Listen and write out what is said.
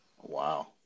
Wow